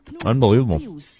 Unbelievable